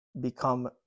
become